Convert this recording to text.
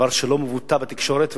הוא לא מבוטא בתקשורת,